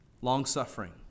Long-suffering